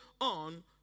on